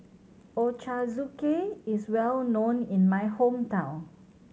ochazuke is well known in my hometown